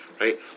right